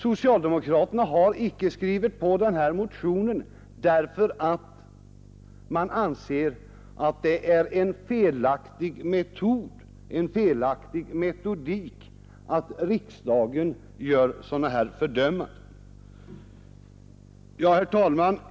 Socialdemokraterna har icke skrivit på den här motionen därför att man anser att det är en felaktig metod att riksdagen gör sådana här fördömanden. Herr talman!